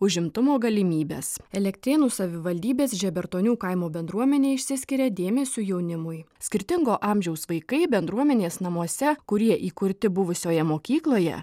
užimtumo galimybes elektrėnų savivaldybės žebertonių kaimo bendruomenė išsiskiria dėmesiu jaunimui skirtingo amžiaus vaikai bendruomenės namuose kurie įkurti buvusioje mokykloje